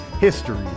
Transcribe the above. history